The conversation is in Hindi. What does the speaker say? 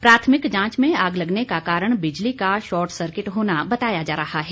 प्राथमिक जांच में आग लगने का कारण बिजली का शॉटसर्किट होना बताया जा रहा है